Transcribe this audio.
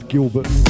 Gilbert